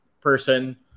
person